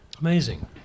Amazing